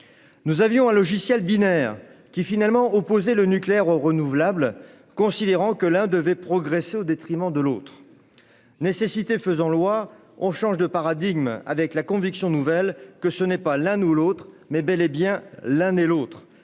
Nous avions un logiciel binaire, qui opposait, au fond, le nucléaire au renouvelable, considérant que l'un devait progresser au détriment de l'autre. Nécessité faisant loi, nous changeons de paradigme, forts de la conviction nouvelle que ce n'est pas l'un ou l'autre, mais bel et bien l'un et l'autre-